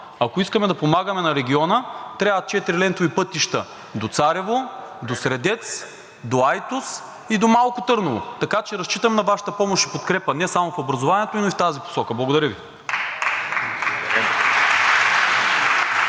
Ако искаме да помагаме на региона, трябва четирилентови пътища до Царево, до Средец, до Айтос и до Малко Търново. Така че разчитам на Вашата помощ и подкрепа не само в образованието, но и в тази посока. Благодаря Ви.